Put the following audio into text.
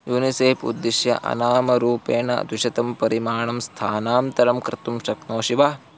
UNICEF उद्दिश्य अनामरूपेण द्विशतं परिमाणं स्थानान्तरं कर्तुं शक्नोषि वा